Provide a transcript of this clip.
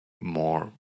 more